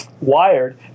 wired